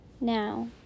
Now